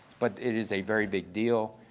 but it is a very big deal.